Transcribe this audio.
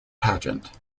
pageant